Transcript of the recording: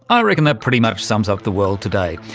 i reckon that pretty much sums up the world today.